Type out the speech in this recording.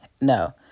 no